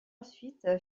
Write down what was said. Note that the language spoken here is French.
ensuite